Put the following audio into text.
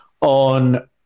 on